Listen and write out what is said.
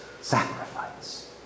sacrifice